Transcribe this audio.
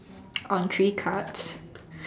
on three cards